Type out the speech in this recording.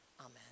Amen